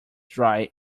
dry